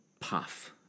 puff